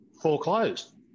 foreclosed